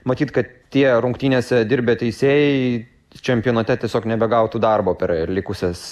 matyt kad tie rungtynėse dirbę teisėjai čempionate tiesiog nebegautų darbo per likusias